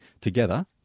together